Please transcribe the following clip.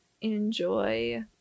enjoy